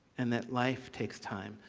and that life takes time.